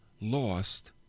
lost